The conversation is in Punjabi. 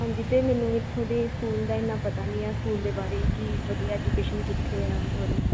ਹਾਂਜੀ ਅਤੇ ਮੈਨੂੰ ਇੱਥੋਂ ਦੇ ਸਕੂਲ ਦਾ ਇੰਨਾ ਪਤਾ ਨਹੀਂ ਆ ਸਕੂਲ ਦੇ ਬਾਰੇ ਕੀ ਵਧੀਆ ਐਜੂਕੇਸ਼ਨ ਕਿੱਥੇ ਆ ਹੋਰ